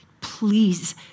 please